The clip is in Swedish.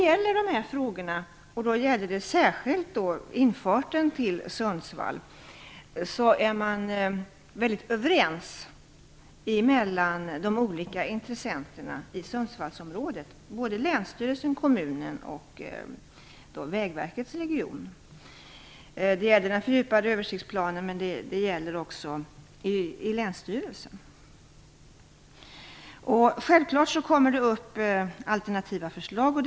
I de här frågorna, särskilt gäller det då frågan om infarten till Sundsvall, är de olika intressenterna i Sundsvallsområdet väldigt överens - dvs. länsstyrelsen, kommunen och Vägverket regionalt. Det gäller då den fördjupade översiktsplanen. Självklart kommer alternativa förslag upp.